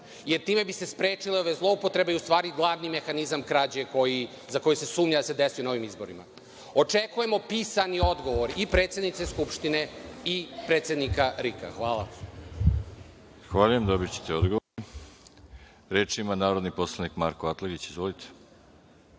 Time bi se sprečile ove zloupotrebe i u stvari mehanizam krađe za koji se sumnja da se desio na ovim izborima. Očekujemo pisani odgovor i predsednice Skupštine i predsednika RIK-a. Hvala. **Veroljub Arsić** Zahvaljujem, dobićete odgovor. Reč ima narodni poslanik Marko Atlagić. Izvolite.